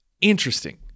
interesting